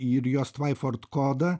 ir jos tvaiford kodą